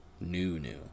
new-new